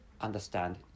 understand